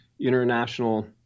international